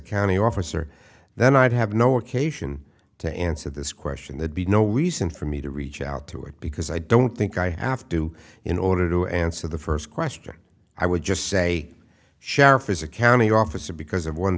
county officer then i'd have no occasion to answer this question they'd be no reason for me to reach out to it because i don't think i have to in order to answer the first question i would just say sheriff is a county officer because of one